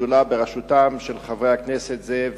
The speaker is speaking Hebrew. השדולה בראשותם של חברי הכנסת זאב